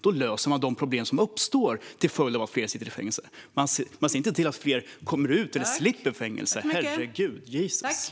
Då löser man de problem som uppstår till följd av att fler sitter i fängelse. Man ser inte till att fler kommer ut eller slipper fängelse. Herregud! Jesus!